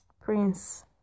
Prince